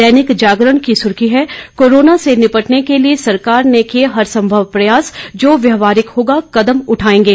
दैनिक जागरण की सुर्खी है कोरोना से निपटने के लिए सरकार ने किए हरसभंव प्रयास जो व्यावहारिक होगा कदम उठाएंगे